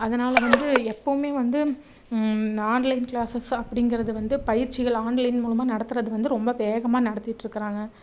அதனால் வந்து எப்பவுமே வந்து இந்த ஆன்லைன் கிளாஸ்சஸ் அப்படிங்குறது வந்து பயிற்சிகள் ஆன்லைன் மூலமாக நடத்துகிறது வந்து ரொம்ப வேகமாக நடத்திட்டிருக்குறாங்க